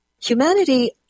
Humanity